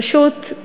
פשוט,